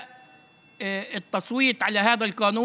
ההצבעה על החוק הזה,